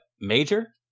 Major